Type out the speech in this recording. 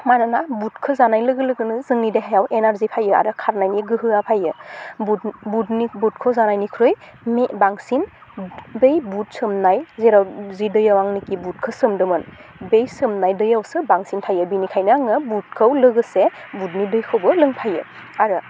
मानोना बुटखौ जानााय लोगो लोगोनो जोंनि देहायाव एनारजि फैयो आरो खारनायनि गोहोआ फायो बुट बुटनि बुटखौ जानायनिख्रुइ बांसिन बै बुट सोमनाय जेराव जि दैआव आंनिखि बुटखौ सोमदोंमोन बे सोमनाय दैआवसो बांसिन थायो बिनिखायनो आङो बुटखौ लोगोसे बुटनि दैखौबो लोंफायो आरो